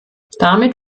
damit